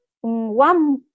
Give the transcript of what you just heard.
one